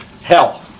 hell